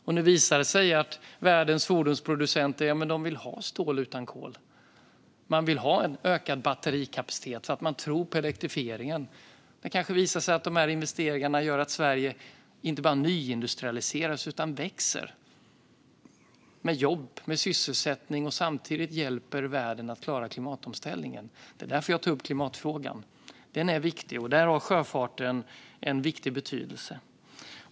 Och nu visar det sig att världens fordonsproducenter vill ha stål utan kol. Man vill ha en ökad batterikapacitet därför att man tror på elektrifieringen. Det kanske visar sig att investeringarna gör att Sverige inte bara nyindustrialiseras utan också växer, med jobb och sysselsättning, och samtidigt hjälper världen att klara klimatomställningen. Det är därför jag tar upp klimatfrågan. Den är viktig, och där har sjöfarten stor betydelse.